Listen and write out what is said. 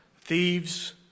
thieves